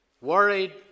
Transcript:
worried